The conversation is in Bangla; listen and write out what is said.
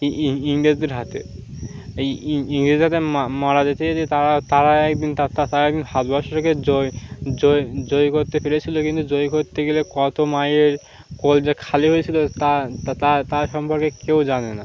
ই ইংরেজদের হাতে ইংরেজদের হাতে মারা যেতে যেতে তারা তারা একদিন তারা একদিন ভারতবর্ষটাকে জয় জয় করতে পেরেছিল কিন্তু জয় করতে গেলে কত মায়ের কোল যে খালি হয়েছিল তা তার সম্পর্কে কেউ জানে না